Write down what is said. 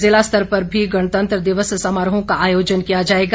ज़िला स्तर पर भी गणतंत्र दिवस समारोहों का आयोजन किया जाएगा